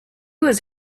was